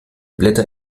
blätter